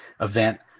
event